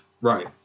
Right